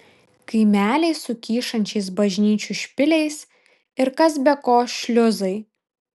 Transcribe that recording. kaimeliai su kyšančiais bažnyčių špiliais ir kas be ko šliuzai